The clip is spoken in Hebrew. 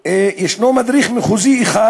יש מדריך מחוזי אחד